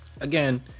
Again